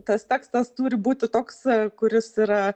tas tekstas turi būti toks kuris yra